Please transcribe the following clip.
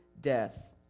death